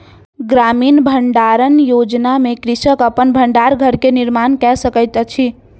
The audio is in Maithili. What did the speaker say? ग्रामीण भण्डारण योजना में कृषक अपन भण्डार घर के निर्माण कय सकैत अछि